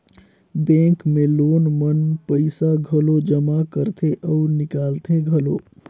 bank मे लोग मन पइसा घलो जमा करथे अउ निकालथें घलो